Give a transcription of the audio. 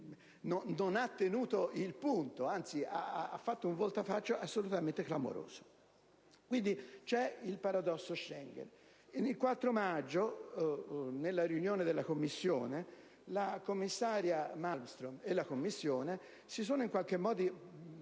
non ha tenuto il punto, anzi ha fatto un voltafaccia assolutamente clamoroso. Quindi, c'è un paradosso Schengen. Nella riunione del 4 maggio, la commissaria europea Malmstrom e la Commissione si sono in qualche modo